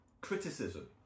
criticism